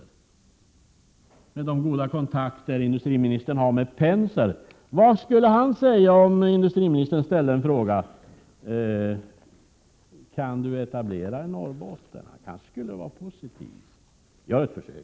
Med tanke på de goda kontakter industriministern har med Penser frågar jag: Vad skulle Penser säga om industriministern ställde frågan: Kan du etablera i Norrbotten? Han kanske skulle vara positiv! Gör ett försök!